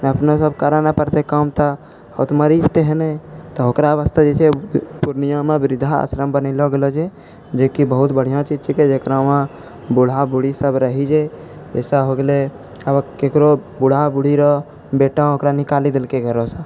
तऽ अपनेसब करऽ नहि पड़तै काम तऽ ओ तऽ मरि जेतै तहने तऽ ओकरा वास्ते जे छै पूर्णियामे वृद्धा आश्रम बनैलऽ गेलऽ छै जेकि बहुत बढ़िआँ चीज छै जकरा वहाँ बूढ़ा बूढ़ीसब रहै जाइ अइसा हो गेलै आब ककरो बूढ़ा बूढ़ी रऽ बेटा ओकरा निकालि देलकै घरऽसँ